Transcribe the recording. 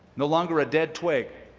no longer a dead twig,